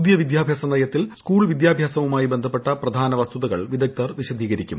പുതിയ വിദ്യാഭ്യാസ നയത്തിൽ സ്കൂൾ വിദ്യാഭ്യാസവുമായി ബന്ധപ്പെട്ട പ്രധാന വസ്തുതകൾ വിദഗ്ദ്ധർ വിശദീകരിക്കും